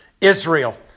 Israel